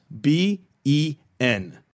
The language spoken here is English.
B-E-N